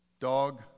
dog